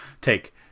take